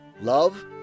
love